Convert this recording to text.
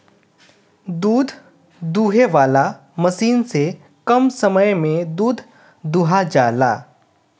दूध दूहे वाला मशीन से कम समय में दूध दुहा जाला